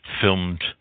filmed